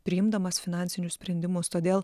priimdamas finansinius sprendimus todėl